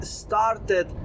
started